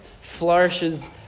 flourishes